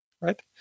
right